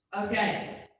Okay